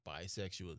bisexual